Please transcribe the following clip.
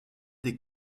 des